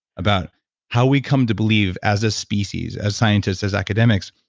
about how we come to believe, as a species, as scientists, as academics,